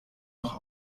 noch